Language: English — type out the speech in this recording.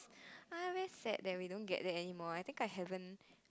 I'm very sad that we don't get that anymore I think I haven't